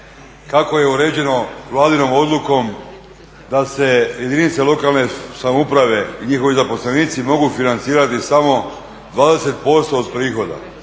kako je uređeno vladinom odlukom da se jedinice lokalne samouprave i njihovi zaposlenici mogu financirati samo 20% od prihoda